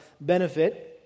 benefit